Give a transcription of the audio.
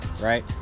right